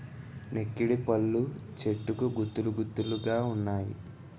నెక్కిడిపళ్ళు చెట్టుకు గుత్తులు గుత్తులు గావున్నాయి